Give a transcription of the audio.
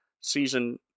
Season